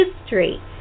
history